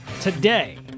Today